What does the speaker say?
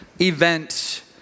event